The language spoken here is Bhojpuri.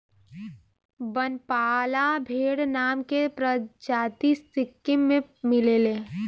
बनपाला भेड़ नाम के प्रजाति सिक्किम में मिलेले